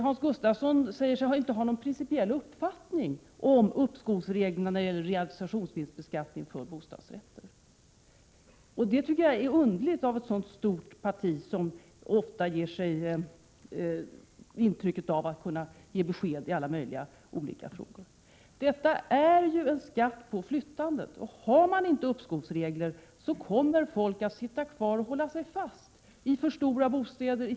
Hans Gustafsson säger sig inte ha någon principiell uppfattning om uppskovsreglerna när det gäller realisationsvinstbeskattningen av bostadsrätter. Jag tycker att det är underligt av ett så stort parti, som ofta vill ge intrycket att kunna lämna besked i alla möjliga olika frågor. Det är här fråga om en skatt på flyttandet, och om man inte har uppskovsregler, kommer folk att sitta kvar i fel bostäder ochi för stora bostäder.